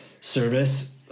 service